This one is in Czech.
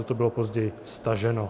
Toto bylo později staženo.